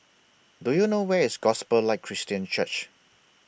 Do YOU know Where IS Gospel Light Christian Church